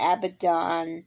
Abaddon